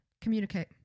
Communicate